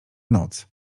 noc